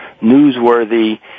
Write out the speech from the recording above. newsworthy